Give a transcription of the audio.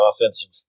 offensive